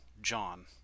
John